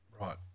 Right